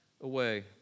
away